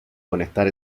conectar